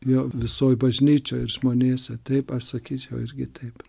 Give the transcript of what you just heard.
jo visoj bažnyčioj ir žmonėse taip pasakyčiau irgi taip